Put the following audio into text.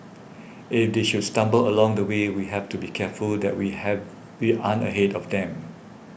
if they should stumble along the way we have to be careful that we have we aren't ahead of them